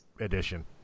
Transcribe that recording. edition